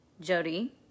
Jody